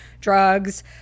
drugs